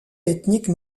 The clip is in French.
ethniques